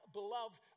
beloved